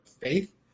faith